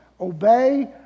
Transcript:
obey